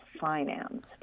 financed